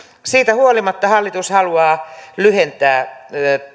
siitä huolimatta hallitus haluaa lyhentää